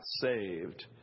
saved